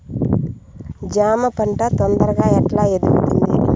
జామ పంట తొందరగా ఎట్లా ఎదుగుతుంది?